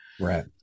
right